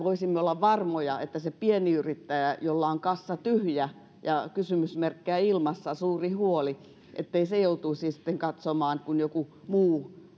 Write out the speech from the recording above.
voisimme olla varmoja ettei se pieni yrittäjä jolla on kassa tyhjä ja kysymysmerkkejä ilmassa suuri huoli joutuisi sitten katsomaan kun joku muu